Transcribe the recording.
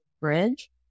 bridge